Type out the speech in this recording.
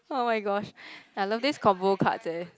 oh-my-gosh I love these convo cards eh